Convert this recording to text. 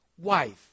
wife